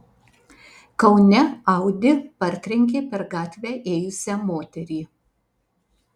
kaune audi partrenkė per gatvę ėjusią moterį